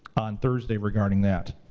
on thursday regarding that.